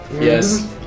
Yes